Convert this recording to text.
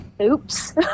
oops